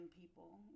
people